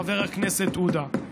חבר הכנסת עודה.